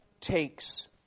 takes